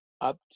up